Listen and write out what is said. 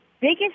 biggest